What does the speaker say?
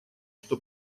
что